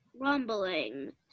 rumbling